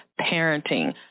parenting